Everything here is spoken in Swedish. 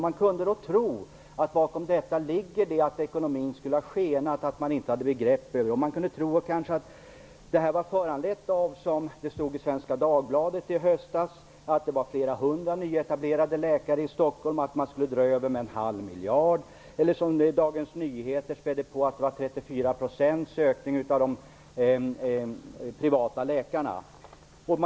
Man kunde då tro att det bakom detta ligger att ekonomin skulle ha skenat och att man inte hade grepp om den. Man skulle kanske ha kunnat tro att detta var föranlett av att det var flera hundra nyetablerade läkare i Stockholm och att man skulle dra över med en halv miljard, som det stod i Svenska Dagbladet i höstas, eller av att antalet privata läkare hade ökat med 34 %, som det stod i Dagens Nyheter.